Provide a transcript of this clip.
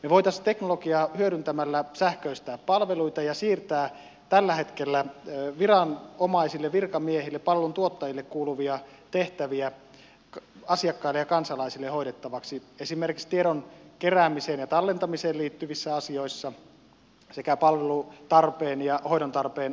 me voisimme teknologiaa hyödyntämällä sähköistää palveluita ja siirtää tällä hetkellä viranomaisille virkamiehille ja palveluntuottajille kuuluvia tehtäviä asiakkaille ja kansalaisille hoidettavaksi esimerkiksi tiedon keräämiseen ja tallentamiseen liittyvissä asioissa sekä palvelutarpeen ja hoidon tarpeen arvioinnissa